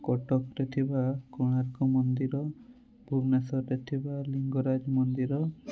କଟକରେ ଥିବା କୋଣାର୍କ ମନ୍ଦିର ଭୁବେନେଶ୍ୱରରେ ଥିବା ଲିଙ୍ଗରାଜ ମନ୍ଦିର